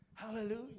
Hallelujah